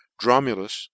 Dromulus